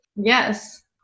Yes